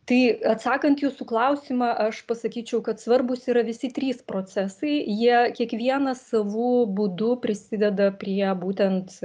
tai atsakant į jūsų klausimą aš pasakyčiau kad svarbūs yra visi trys procesai jie kiekvienas savu būdu prisideda prie būtent